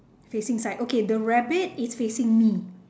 facing side okay the rabbit is facing me